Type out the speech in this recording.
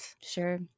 Sure